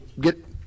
get